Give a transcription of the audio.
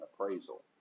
appraisal